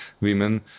women